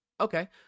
Okay